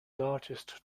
largest